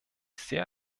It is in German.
sehr